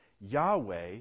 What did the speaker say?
Yahweh